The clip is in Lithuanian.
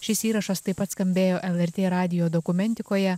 šis įrašas taip pat skambėjo lrt radijo dokumentikoje